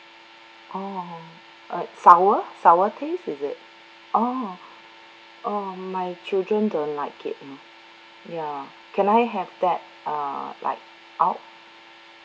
oh uh sour sour taste is it oh oh my children don't like it you know ya can I have that uh like out